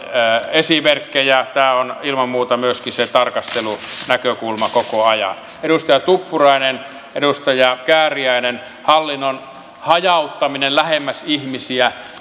esimerkkejä tämä on ilman muuta myöskin se tarkastelunäkökulma koko ajan edustaja tuppurainen edustaja kääriäinen hallinnon hajauttaminen lähemmäksi ihmisiä